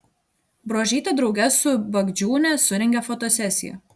bruožytė drauge su bagdžiūne surengė fotosesiją